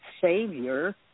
savior